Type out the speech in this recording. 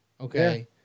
Okay